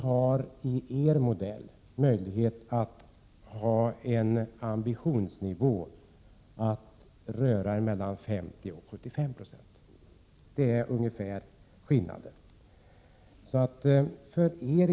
Med er modell ges möjlighet till en rörlig ambitionsnivå mellan 50 och 75 260. Det är skillnaden på ett ungefär.